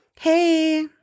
hey